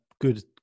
good